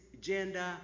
gender